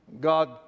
God